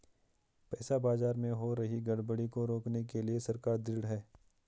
पैसा बाजार में हो रही गड़बड़ी को रोकने के लिए सरकार ढृढ़ है